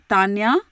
Tanya